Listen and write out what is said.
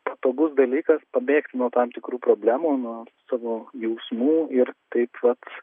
patogus dalykas pabėgti nuo tam tikrų problemų nuo savo jausmų ir taip vat